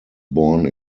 born